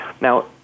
Now